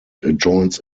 adjoins